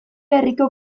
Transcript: herriko